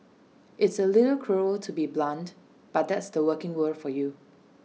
it's A little cruel to be blunt but that's the working world for you